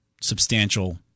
substantial